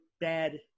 bad